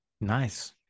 Nice